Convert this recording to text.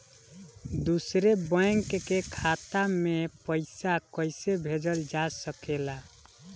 दूसरे बैंक के खाता में पइसा कइसे भेजल जा सके ला?